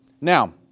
Now